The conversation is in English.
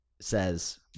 says